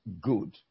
good